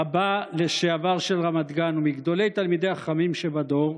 רבה לשעבר של רמת גן ומגדולי תלמידי החכמים שבדור,